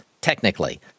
technically